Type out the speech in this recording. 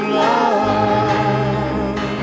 love